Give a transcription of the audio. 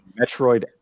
Metroid